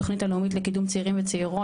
התוכנית הלאומית לקידום צעירים וצעירות,